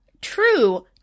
true